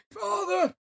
Father